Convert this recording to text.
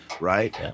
right